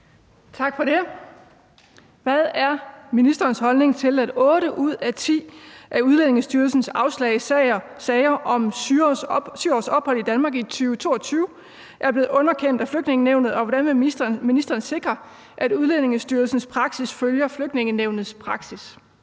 Tak for det. Hvad er ministerens holdning til, at otte ud af ti af Udlændingestyrelsens afslag i sager om syreres ophold i Danmark i 2022 er blevet underkendt af Flygtningenævnet, og hvordan vil ministeren sikre, at Udlændingestyrelsens praksis følger Flygtningenævnets praksis?